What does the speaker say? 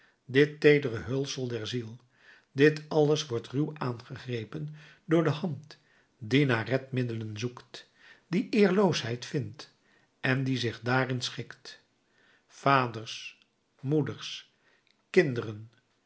dit teedere hulsel der ziel dit alles wordt ruw aangegrepen door de hand die naar redmiddelen zoekt die eerloosheid vindt en die zich daarin schikt vaders moeders kinderen